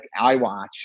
iWatch